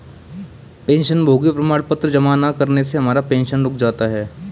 पेंशनभोगी प्रमाण पत्र जमा न करने से हमारा पेंशन रुक जाता है